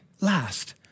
last